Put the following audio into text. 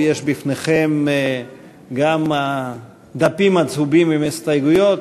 יש בפניכם גם הדפים הצהובים עם הסתייגויות.